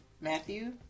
Matthew